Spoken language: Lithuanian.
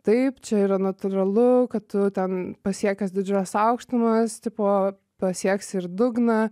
taip čia yra natūralu kad tu ten pasiekęs didžiules aukštumas tipo pasieksi ir dugną